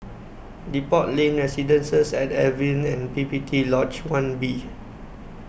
Depot Lane Residences At Evelyn and P P T Lodge one B